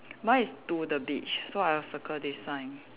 mine is to the beach so I'll circle this sign